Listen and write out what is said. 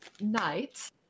night